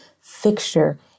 fixture